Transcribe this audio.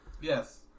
Yes